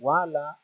Wala